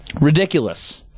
Ridiculous